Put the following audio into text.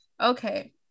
okay